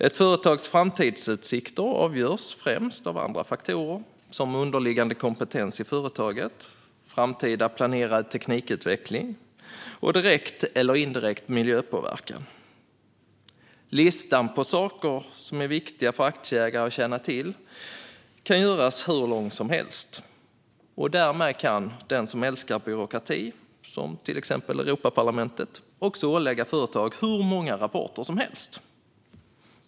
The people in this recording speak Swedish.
Ett företags framtidsutsikter avgörs främst av andra faktorer, som underliggande kompetens i företaget, framtida planerad teknikutveckling och direkt eller indirekt miljöpåverkan. Listan på saker som är viktiga för aktieägare att känna till kan göras hur lång som helst, och därmed kan de som älskar byråkrati, som till exempel Europaparlamentet, också ålägga företag hur många rapporter som helst.